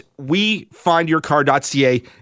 wefindyourcar.ca